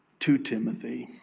to timothy.